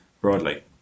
broadly